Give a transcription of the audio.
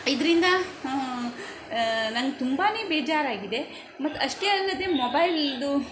ಇದರಿಂದ ಹಂ ನಂಗೆ ತುಂಬಾ ಬೇಜಾರಾಗಿದೆ ಮತ್ತು ಅಷ್ಟೇ ಅಲ್ಲದೆ ಮೊಬೈಲ್ದು